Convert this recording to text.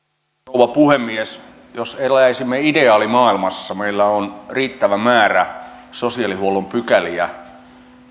rouva puhemies jos eläisimme ideaalimaailmassa meillä olisi riittävä määrä sellaisia sosiaalihuollon pykäliä